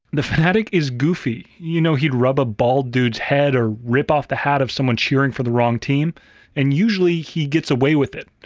the fanatic is goofy. you know, he'd rub a bald dude's head, or rip off the hat of someone cheering for the wrong team and usually he gets away with it.